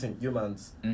humans